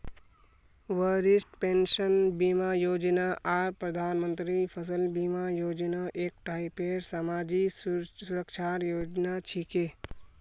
वरिष्ठ पेंशन बीमा योजना आर प्रधानमंत्री फसल बीमा योजना एक टाइपेर समाजी सुरक्षार योजना छिके